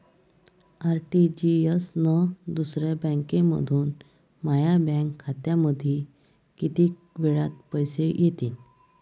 RTGS न दुसऱ्या बँकेमंधून माया बँक खात्यामंधी कितीक वेळातं पैसे येतीनं?